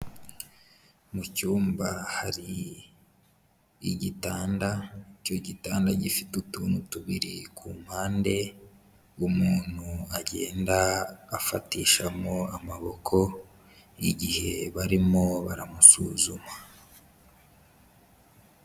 Mu cyumba hari igitanda, icyo gitanda gifite utuntu tubiri ku mpande umuntu agenda afatishamo amaboko, igihe barimo baramusuzuma.